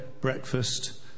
breakfast